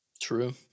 True